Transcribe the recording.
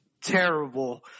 terrible